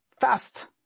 fast